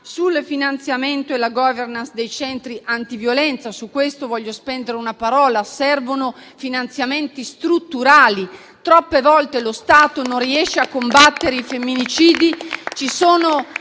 sul finanziamento e la *governance* dei centri antiviolenza e su questo voglio spendere una parola. Servono finanziamenti strutturali. Troppe volte lo Stato non riesce a combattere i femminicidi